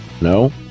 No